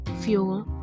Fuel